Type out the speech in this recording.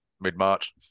mid-March